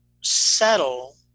settle